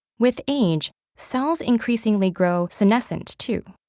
with age, cells increasingly grow senescent, too,